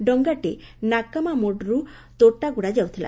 ଡଙ୍ଗାଟି ନାକାମାମ୍ପଡର୍ ତୋଟାଗୁଡ଼ା ଯାଉଥିଲା